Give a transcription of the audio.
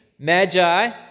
Magi